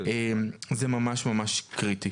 זה ממש קריטי.